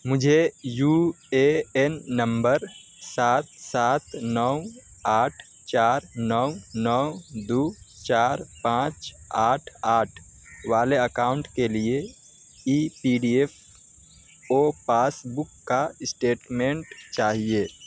مجھے U A N نمبر سات سات نو آٹھ چار نو نو دو چار پانچ آٹھ آٹھ والے اکاؤنٹ کے لیے E P D F O passbook کا اسٹیٹمنٹ چاہیے